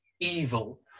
evil